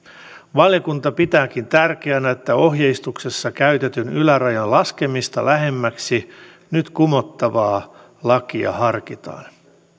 valiokunta pitääkin tärkeänä että ohjeistuksessa käytetyn ylärajan laskemista lähemmäksi nyt kumottavaa lakia harkitaan